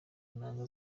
nanga